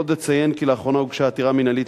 עוד אציין כי לאחרונה הוגשה עתירה מינהלית